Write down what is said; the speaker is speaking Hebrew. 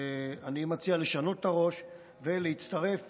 אני מציע לשנות את הראש ולהצטרף